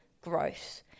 growth